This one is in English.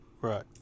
Right